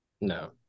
no